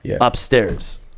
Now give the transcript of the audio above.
upstairs